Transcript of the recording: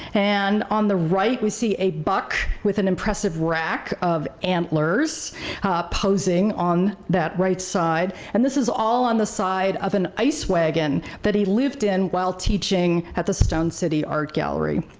and on the right we see a buck with an impressive rack of antlers posing on that right side. and this is all on the side of an ice wagon that he lived in while teaching at the stone city art gallery.